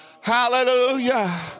Hallelujah